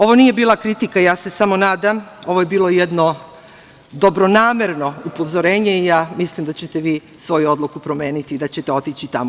Ovo nije bila kritika, ja se samo nadam, ovo je bilo jedno dobronamerno upozorenje i ja mislim da ćete vi svoju odluku promeniti i da ćete otići tamo.